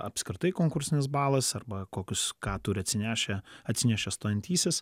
apskritai konkursinis balas arba kokius ką turi atsinešę atsinešė stojantysis